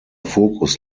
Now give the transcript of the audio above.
fokus